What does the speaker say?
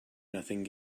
nothing